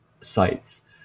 sites